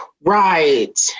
Right